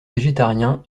végétarien